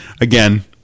again